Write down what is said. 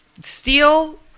steal